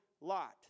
lot